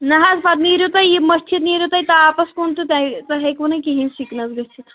نَہ حَظ پتہٕ نیٖرِو تُہۍ یہِ مٔتھِتھ نیٖرِو تُہۍ یہِ تاپَس کُن تہٕ تۄہہِ ہیٚکوٕ نہٕ کِہیٖنۍ سِکنَس گٔژھِتھ